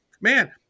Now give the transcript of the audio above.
man